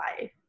life